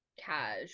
cash